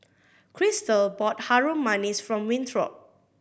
Christal bought Harum Manis for Winthrop